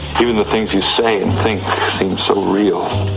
even the things you say and think seem so real.